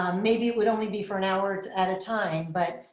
um maybe it would only be for an hour at a time, but